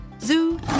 zoo